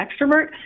extrovert